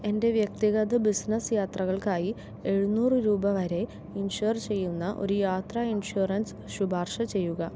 എൻ്റെ വ്യക്തിഗത ബിസിനസ്സ് യാത്രകൾക്കായി എഴുന്നൂറ് രൂപ വരെ ഇൻഷ്വർ ചെയ്യുന്ന ഒരു യാത്രാ ഇൻഷുറൻസ് ശുപാർശ ചെയ്യുക